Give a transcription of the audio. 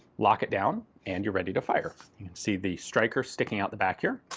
lock it down and you're ready to fire. see the striker sticking out the back here,